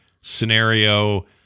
scenario